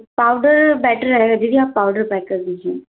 powder better रहेगा दीदी आप पाउडर पैक कर दीजिए